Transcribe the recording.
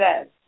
says